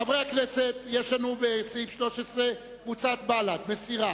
חברי הכנסת, סעיף 13, קבוצת בל"ד מסירה,